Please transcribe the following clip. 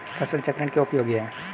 फसल चक्रण क्यों उपयोगी है?